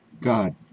god